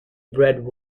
bred